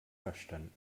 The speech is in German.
verstanden